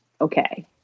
okay